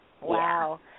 Wow